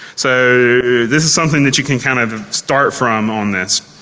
so this is something that you can kind of start from on this.